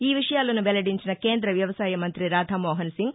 ఈ విషయాలను వెల్లడించిన కేంద్ర వ్యవసాయ మంత్రి రాధామోహన్ సింగ్